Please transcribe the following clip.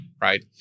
right